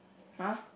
[huh]